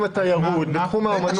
התיירות האומנות.